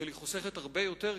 אבל היא חוסכת הרבה יותר כסף.